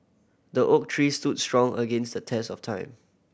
the oak tree stood strong against the test of time